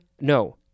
no